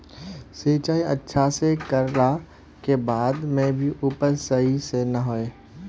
सिंचाई अच्छा से कर ला के बाद में भी उपज सही से ना होय?